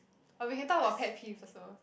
or we can talk about pet peeves also